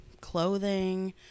clothing